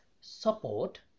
support